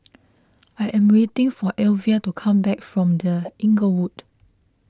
I am waiting for Elvia to come back from the Inglewood